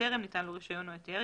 וטרם ניתן לו רישיון או היתר,